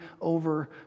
over